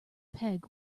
peg